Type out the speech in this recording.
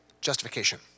justification